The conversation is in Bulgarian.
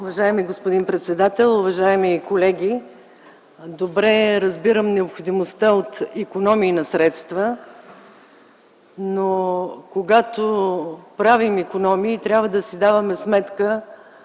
Уважаеми господин председател, уважаеми колеги! Добре разбирам необходимостта от икономии на средства, но когато правим икономии, трябва да си даваме сметка